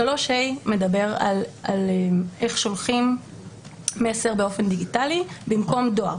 3ה מדבר על איך שולחים מסר באופן דיגיטלי במקום דואר.